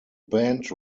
band